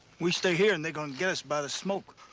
we stay here, and they're gonna get us by the smoke.